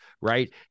Right